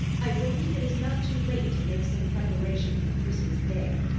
i believe it is not too late to make some preparation for christmas day.